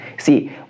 See